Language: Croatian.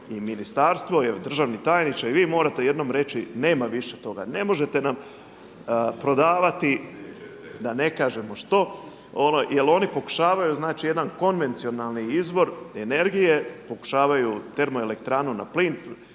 i ministarstvo i državni tajniče i vi morate jednom reći nema više toga. Ne možete nam prodavati da ne kažemo što, jer oni pokušavaju, znači jedan konvencionalni izvor energije, pokušavaju termoelektranu na plin